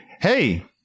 hey